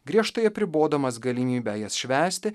griežtai apribodamas galimybę jas švęsti